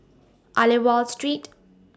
Aliwal Street